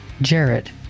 Jared